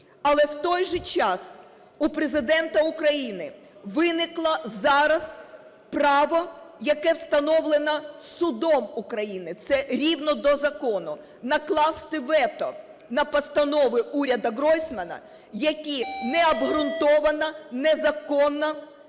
Але, в той же час, у Президента України виникло зараз право, яке встановлено судом України, це рівно до закону – накласти вето на постанови уряду Гройсмана, які необґрунтовано, незаконно